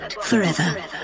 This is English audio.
Forever